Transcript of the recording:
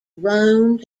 rome